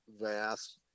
vast